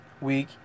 week